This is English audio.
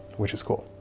which is cool.